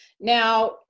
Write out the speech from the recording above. Now